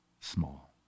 small